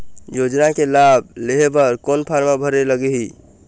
योजना के लाभ लेहे बर कोन फार्म भरे लगही?